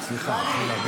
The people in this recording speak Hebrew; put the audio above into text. סליחה, מחילה.